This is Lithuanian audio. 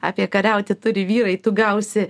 apie kariauti turi vyrai tu gausi